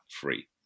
free